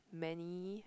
many